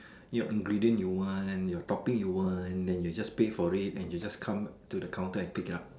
your ingredient you want your topping you want then you just pay for it and you just come to counter and pick it up